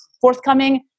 forthcoming